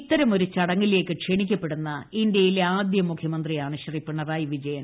ഇത്തരമൊരു ചടങ്ങിലേക്ക് ക്ഷണിക്ക പ്പെടുന്ന ഇന്ത്യയിലെ ആദ്യ മുഖ്യമന്ത്രിയാണ് ശ്രീ പിണറായി വിജയൻ